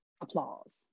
applause